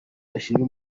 ashima